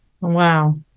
Wow